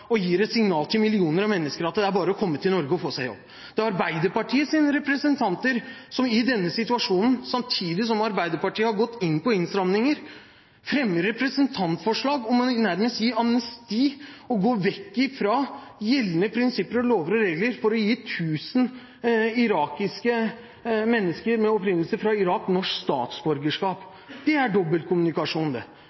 og gir et signal til millioner av mennesker om at det er bare å komme til Norge og få seg jobb. Det er arbeiderpartirepresentanter som i denne situasjonen – samtidig som Arbeiderpartiet har gått inn for innstramninger – fremmer representantforslag om nærmest å gi amnesti og gå vekk fra gjeldende prinsipper, lover og regler for å gi 1 000 mennesker med opprinnelse i Irak norsk statsborgerskap. Det er dobbeltkommunikasjon, og det